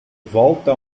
volta